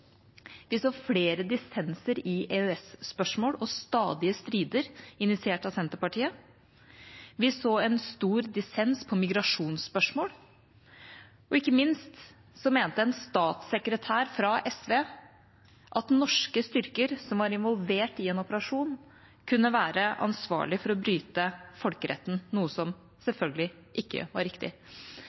Vi så flere dissenser i EØS-spørsmål og stadige strider initiert av Senterpartiet. Vi så en stor dissens på migrasjonsspørsmål, og ikke minst mente en statssekretær fra SV at norske styrker som var involvert i en operasjon, kunne være ansvarlig for å bryte folkeretten, noe som selvfølgelig ikke var riktig.